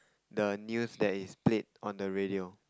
the news that is played on the radio